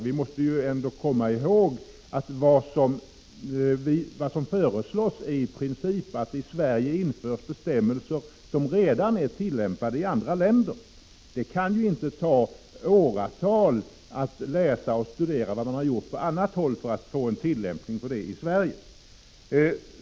Vi måste ändå komma ihåg vad som föreslås i princip, nämligen att det i Sverige införs bestämmelser som redan tillämpas i andra länder. Det kan ju inte ta åratal att läsa och studera vad man har gjort på annat håll för att få en tillämpning av det i Sverige.